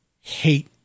hate